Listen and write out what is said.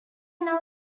now